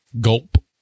Gulp